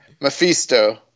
Mephisto